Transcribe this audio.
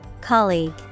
Colleague